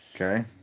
Okay